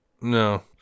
No